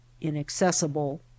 inaccessible